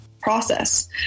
process